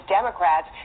Democrats